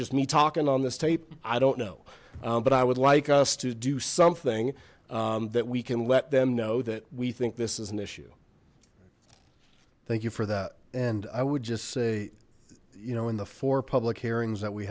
just me talking on this tape i don't know but i would like us to do something that we can let them know that we think this is an issue thank you for that and i would just say you know in the four public hearings